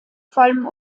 vollem